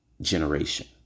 generation